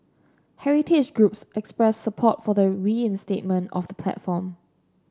heritage groups expressed support for the reinstatement of the platform